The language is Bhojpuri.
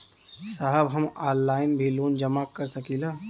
साहब हम ऑनलाइन भी लोन जमा कर सकीला?